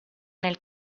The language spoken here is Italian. nel